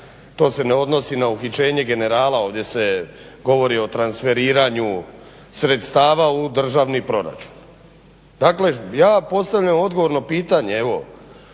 to se ne odnosi na uhićenje generala, ovdje se govori o transferiranju sredstava u državni proračun. Dakle, ja postavljam odgovorno pitanje evo